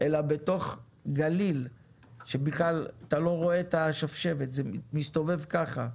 אלא בתוך גליל שאתה בכלל לא רואה את השבשבת וזה מסתובב ככה.